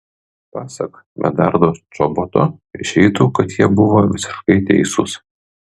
pasak medardo čoboto išeitų kad jie buvo visiškai teisūs